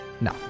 No